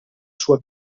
sua